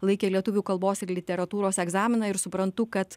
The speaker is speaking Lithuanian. laikė lietuvių kalbos ir literatūros egzaminą ir suprantu kad